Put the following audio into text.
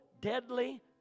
deadly